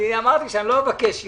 אמרתי שאני לא אבקש יותר.